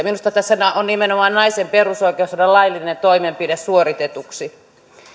minusta tässä on nimenomaan naisen perusoikeus saada laillinen toimenpide suoritetuksi